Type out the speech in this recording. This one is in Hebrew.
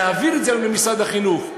להעביר את זה למשרד החינוך,